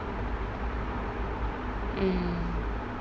mm